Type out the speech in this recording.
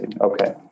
Okay